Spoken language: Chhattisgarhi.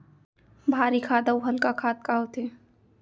भारी खाद अऊ हल्का खाद का होथे?